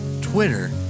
Twitter